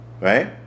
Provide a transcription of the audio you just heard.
right